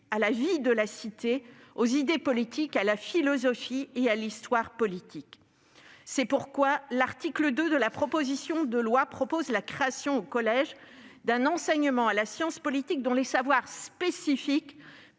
à la vie de la cité, aux idées politiques, à la philosophie et à l'histoire politique. C'est pourquoi l'article 2 de la proposition de loi prévoit la création au collège d'un enseignement en sciences politiques dont les savoirs spécifiques